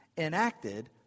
Enacted